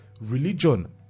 religion